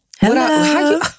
hello